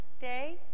Day